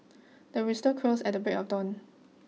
the rooster crows at the break of dawn